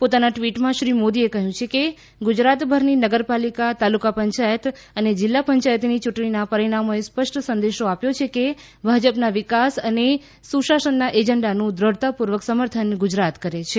પોતાના ટ્વિટમાં શ્રી મોદીએ કહ્યું છે કે ગુજરાતભરની નગરપાલિકા તાલુકા પંચાયત અને જિલ્લા પંચાયતની યૂંટણીના પરિણામોએ સ્પષ્ટ સંદેશ આપ્યો છે કે ભાજપના વિકાસ અને સુશાસનના એજન્ડાનું દ્રઢતાપૂર્વક સમર્થન ગુજરાત કરે છે